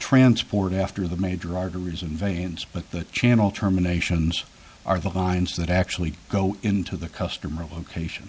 transport after the major arteries and veins but the channel terminations are the lines that actually go into the customer location